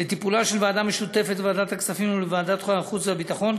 לטיפולה של ועדה משותפת לוועדת הכספים ולוועדת החוץ והביטחון.